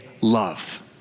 love